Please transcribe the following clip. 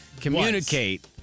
communicate